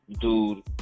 dude